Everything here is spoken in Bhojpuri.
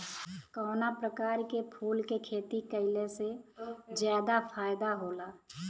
कवना प्रकार के फूल के खेती कइला से ज्यादा फायदा होला?